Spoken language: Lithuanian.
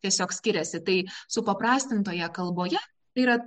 tiesiog skiriasi tai supaprastintoje kalboje yra